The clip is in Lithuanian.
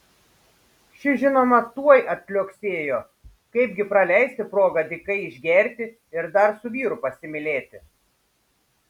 ši žinoma tuoj atliuoksėjo kaip gi praleisi progą dykai išgerti ir dar su vyru pasimylėti